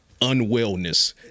unwellness